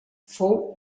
fou